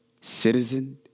citizen